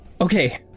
Okay